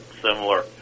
similar